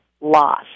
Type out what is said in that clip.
loss